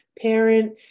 parent